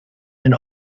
and